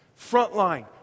Frontline